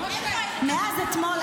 מאז אתמול,